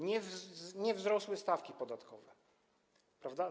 Nie wzrosły stawki podatkowe, prawda?